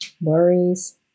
worries